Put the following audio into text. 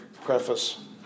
preface